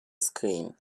screen